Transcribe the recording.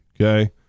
okay